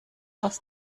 aus